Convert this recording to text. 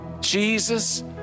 Jesus